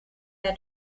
der